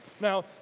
Now